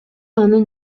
анын